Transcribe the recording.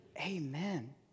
Amen